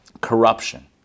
corruption